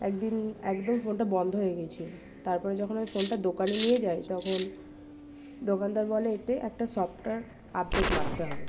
একদিন একদম ফোনটা বন্ধ হয়ে গিয়েছিল তার পরে যখন আমি ফোনটা দোকানে নিয়ে যাই তখন দোকানদার বলে এতে একটা সফটওয়্যার আপডেট মারতে হবে